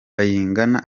bayingana